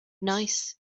nice